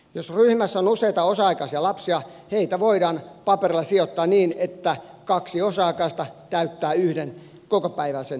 jos ryhmässä on useita osa aikaisia lapsia heitä voidaan paperilla sijoittaa niin että kaksi osa aikaista täyttää yhden kokopäiväisen hoitopaikan